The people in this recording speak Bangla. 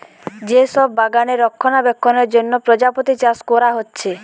যে সব বাগানে রক্ষণাবেক্ষণের জন্যে প্রজাপতি চাষ কোরা হচ্ছে